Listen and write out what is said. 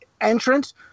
entrance